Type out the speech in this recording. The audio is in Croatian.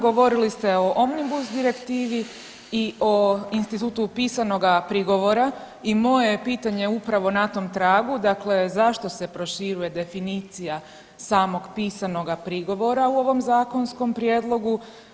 Govorili ste o Omnibus direktivi i o institutu pisanoga prigovora i moje je pitanje upravo na tom tragu, dakle zašto se proširuje definicija samog pisanog prigovora u ovom zakonskom prijedlogu?